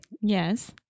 Yes